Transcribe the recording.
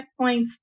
checkpoints